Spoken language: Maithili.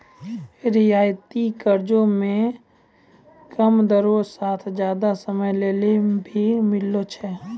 रियायती कर्जा मे कम दरो साथ जादा समय लेली भी मिलै छै